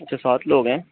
अच्छा सात लोग हैं